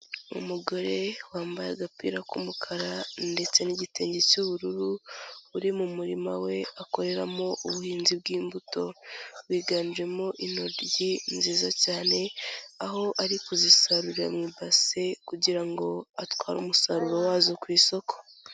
Umugore wambaye agapira k'umukara ndetse n'igitenge cy'ubururu, uri mu murima we akoreramo ubuhinzi bw'imbuto, biganjemo intoryi nziza cyane, aho ari kuzisarurira mu ibase kugira ngo atware umusaruro wazo ku isoko.